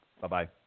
Bye-bye